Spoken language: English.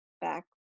back